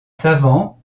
savant